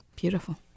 Beautiful